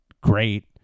great